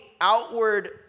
outward